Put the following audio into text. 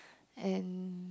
and